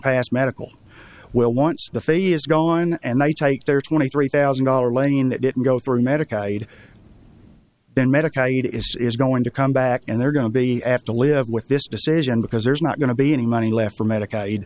past medical well wants to fail is gone and they take their twenty three thousand dollars laying that didn't go through medicaid then medicaid is going to come back and they're going to be asked to live with this decision because there's not going to be any money left for medicaid